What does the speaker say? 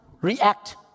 react